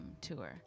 tour